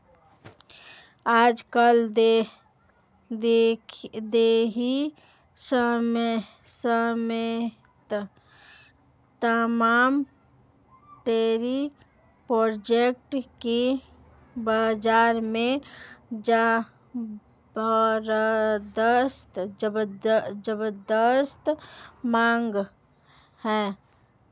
आज कल दही समेत तमाम डेरी प्रोडक्ट की बाजार में ज़बरदस्त मांग है